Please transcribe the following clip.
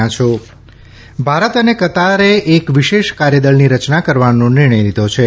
કતાર ભારત અને કતારે એક વિશેષ કાર્યદળની રચના કરવાનો નિર્ણય લીધો છે